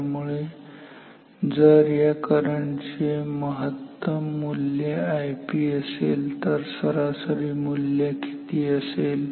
त्यामुळे जर या करंट चे महत्तम मूल्य Ip असेल तर सरासरी मूल्य किती असेल